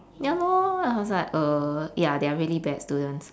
ya lor I was like uh ya they're really bad students